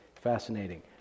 Fascinating